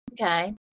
okay